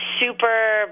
super